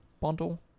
bundle